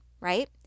right